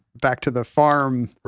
back-to-the-farm